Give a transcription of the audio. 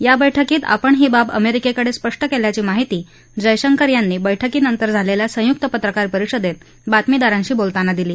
या बरुक्कीत आपण ही बाब अमेरिकेकडे स्पष्ट केल्याची माहिती जयशंकर यांनी बठ्कीनंतर झालेल्या संयुक्त पत्रकारपरिषदेत बातमीदारांशी बोलताना दिली